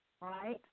Right